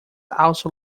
also